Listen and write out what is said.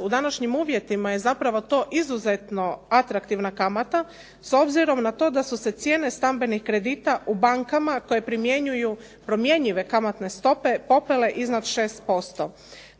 u današnjim uvjetima je zapravo to izuzetno atraktivna kamata s obzirom na to da su se cijene stambenih kredita u bankama koje primjenjuju promjenjive kamatne stope popele iznad 6%.